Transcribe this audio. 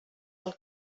pel